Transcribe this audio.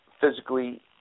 physically